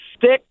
six